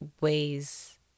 ways